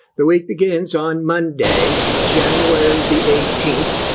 the week begins on monday, january the eighteenth,